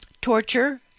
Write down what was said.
torture